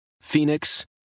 Phoenix